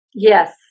Yes